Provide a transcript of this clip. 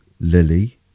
lily